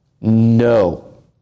no